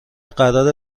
قراره